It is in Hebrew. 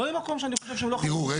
לא ממקום שאני חושב שהוא לא חשוב.